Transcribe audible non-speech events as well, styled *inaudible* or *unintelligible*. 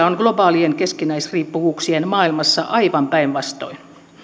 *unintelligible* on globaalien keskinäisriippuvuuksien maailmassa aivan päinvastoin